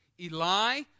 Eli